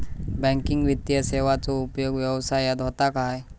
Banking वित्तीय सेवाचो उपयोग व्यवसायात होता काय?